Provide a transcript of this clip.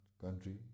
country